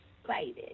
excited